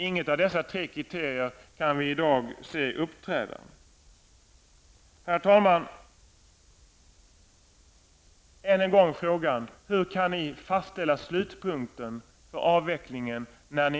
Inget av dessa tre kriterier är i dag uppfyllt. Herr talman! Än en gång ställer jag frågan: Hur kan ni fastställa slutpunkten för avvecklingen när